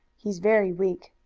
he's very weak.